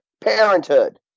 parenthood